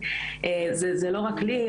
זה לא רק לי,